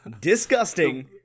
Disgusting